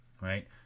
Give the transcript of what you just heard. right